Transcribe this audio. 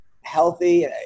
healthy